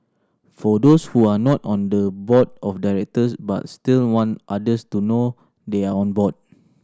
for those who are not on the board of directors but still want others to know they are on board